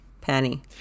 Penny